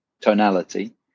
tonality